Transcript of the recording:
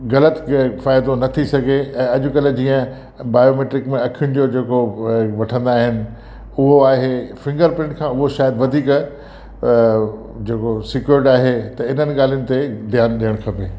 ग़लति फ़ाइदो न थी सघे ऐं अॼुकल्ह जीअं बायोमेट्रिक में अखियुनि जो जेको वठंदा आहिनि उहो आहे फ़िंगर प्रिंट खां उहो शायदि वधीक जेको सिक्योर्ड आहे त इन्हनि ॻाल्हियुनि ते ध्यानु ॾियणु खपे